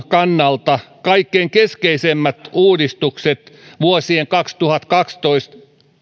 kannalta kaikkein keskeisimmät uudistukset vuosien kaksituhattakaksitoista viiva